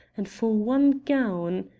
and for one gown!